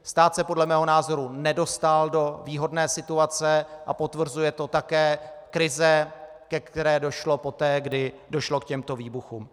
Stát se podle mého názoru nedostal do výhodné situace a potvrzuje to také krize, ke které došlo poté, kdy došlo k těmto výbuchům.